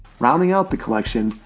rounding out the collection,